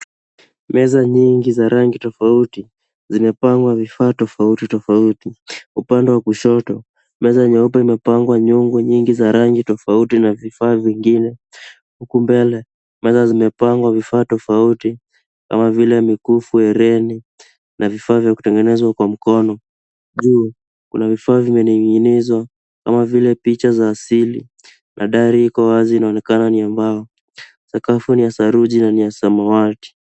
Meza nyingi za rangi tofautitofauti zimepangwa vifaa tofauti. Upande wa kushoto, meza imepangwa nyongo nyingi za rangi tofauti na vifaa vingine huku mbele meza zimepangwa vifaa tofauti kama vile mikufu, herini na vifaa vya kutengenezwa kwa mkono. Juu kuna vifaa vimening'inizwa kama vile picha za asili na dari iko wazi inaonekana ni ya mbao. Sakafu ni ya saruji na ni ya samawati.